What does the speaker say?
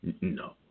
No